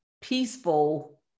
peaceful